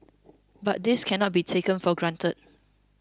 but this cannot be taken for granted